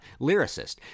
lyricist